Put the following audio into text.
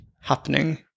happening